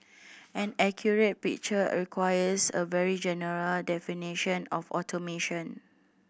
an accurate picture requires a very general definition of automation